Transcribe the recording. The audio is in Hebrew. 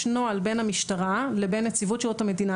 יש נוהל בין המשטרה לבין נציבות שירות המדינה,